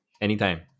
Anytime